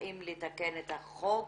האם לתקן את החוק